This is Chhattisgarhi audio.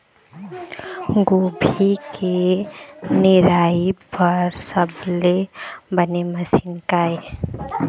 गोभी के निराई बर सबले बने मशीन का ये?